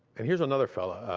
and here's another fella,